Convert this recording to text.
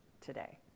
today